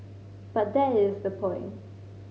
but that is the point